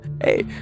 Hey